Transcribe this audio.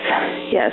Yes